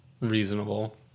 reasonable